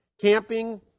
camping